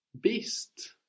Beast